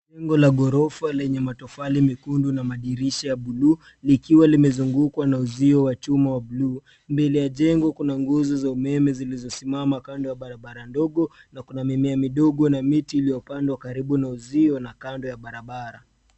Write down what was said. Jengo la ghorofa lenye matofali mekundu na madirisha ya buluu likiwa limezungukwa na uzio wa chuma wa buluu. Mbele ya jengo kuna nguzo za umeme zilizosimama kando ya barabara ndogo na kuna mimea midogo na miti iliyopandwa karibu na uzio na kando ya barabara.